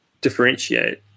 differentiate